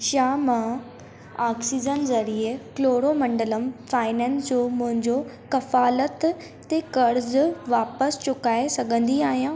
छा मां ऑक्सीजन ज़रिए क्लोरोमंडलम फाइनेंस जो मुंहिंजो कफ़ालत ते क़र्ज वापिसि चुकाइ सघंदी आहियां